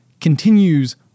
continues